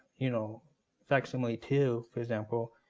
you know facsimile two, for example,